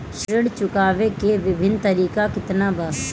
ऋण चुकावे के विभिन्न तरीका केतना बा?